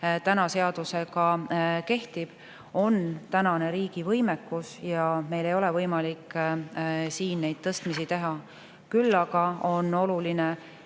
meil seadusega kehtib, on tänane riigi võimekus, ja meil ei ole võimalik siin neid tõstmisi teha. Küll aga on oluline